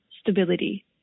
stability